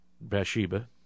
Bathsheba